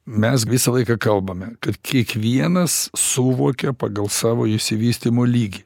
mes visą laiką kalbame kad kiekvienas suvokia pagal savo išsivystymo lygį